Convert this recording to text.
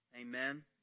Amen